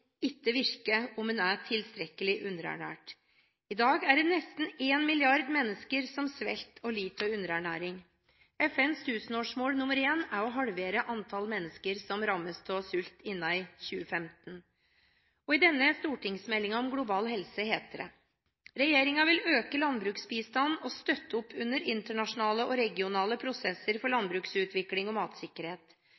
ikke virker om en er tilstrekkelig underernært. I dag er det nesten en milliard mennesker som sulter og lider av underernæring. FNs tusenårsmål nr. 1 er å halvere antallet mennesker som rammes av sult, innen 2015. I denne stortingsmeldingen om global helse heter det: «Regjeringen vil øke landbruksbistanden og støtter opp under internasjonale og regionale prosesser for